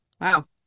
Wow